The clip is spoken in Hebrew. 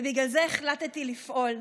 ובגלל זה החלטתי לפעול.